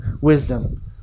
wisdom